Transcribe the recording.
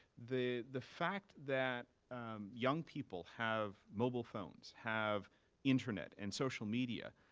the the fact that young people have mobile phones, have internet and social media,